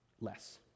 less